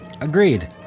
Agreed